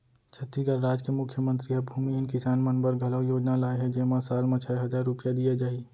छत्तीसगढ़ राज के मुख्यमंतरी ह भूमिहीन किसान मन बर घलौ योजना लाए हे जेमा साल म छै हजार रूपिया दिये जाही